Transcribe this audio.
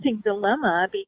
dilemma